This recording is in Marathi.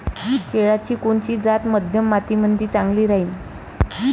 केळाची कोनची जात मध्यम मातीमंदी चांगली राहिन?